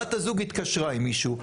בת הזוג התקשרה עם מישהו.